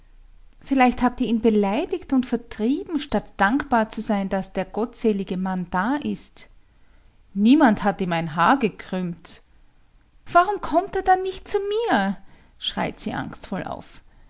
vielleicht habt ihr ihn beleidigt und vertrieben statt dankbar zu sein daß der gottselige mann da ist niemand hat ihm ein haar gekrümmt warum kommt er dann nicht zu mir schreit sie angstvoll auf